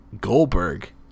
Goldberg